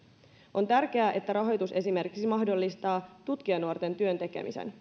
on tärkeää että rahoitus esimerkiksi mahdollistaa työntekemisen